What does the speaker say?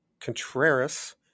Contreras